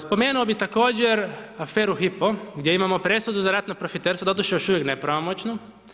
Spomenuo bih također aferu Hypo gdje imamo presudu za ratno profiterstvo, doduše, još uvijek nepravomoćno.